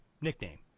nickname